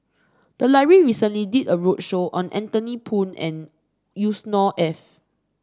the library recently did a roadshow on Anthony Poon and Yusnor Ef